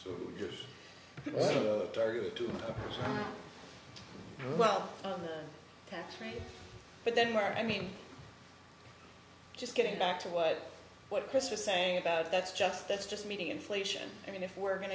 so you're going to do well on the tax rate but then where i mean just getting back to what what chris just saying about that's just that's just meeting inflation i mean if we're going